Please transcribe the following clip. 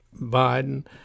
Biden